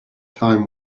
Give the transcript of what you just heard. time